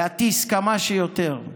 להטיס כמה שיותר,